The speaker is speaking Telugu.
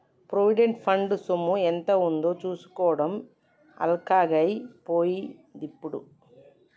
ప్రొవిడెంట్ ఫండ్ సొమ్ము ఎంత ఉందో చూసుకోవడం అల్కగై పోయిందిప్పుడు